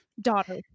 daughter